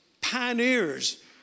pioneers